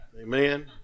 Amen